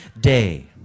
day